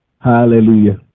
Hallelujah